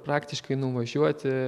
praktiškai nuvažiuoti